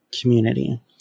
community